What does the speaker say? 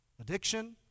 Addiction